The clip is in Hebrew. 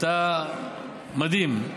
אתה מדהים,